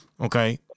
Okay